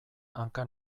hanka